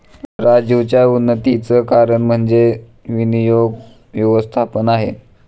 राजीवच्या उन्नतीचं कारण म्हणजे विनियोग व्यवस्थापन आहे